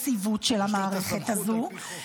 היציבות של המערכת הזו -- יש לו את הסמכות על פי חוק.